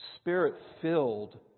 Spirit-filled